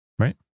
Right